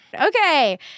Okay